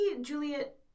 Juliet